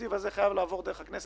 התקציב הזה חייב לעבור דרך הכנסת.